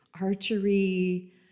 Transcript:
Archery